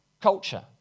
culture